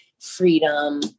freedom